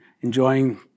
enjoying